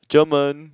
German